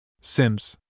Sims